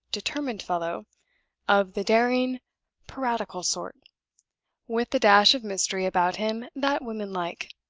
determined fellow of the daring piratical sort with the dash of mystery about him that women like